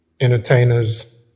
entertainers